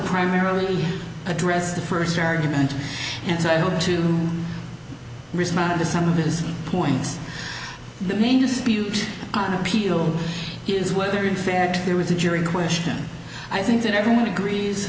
primarily address the first argument and so i hope to respond to some of his points the main dispute on appeal is whether in fact there was a jury question i think that everyone agrees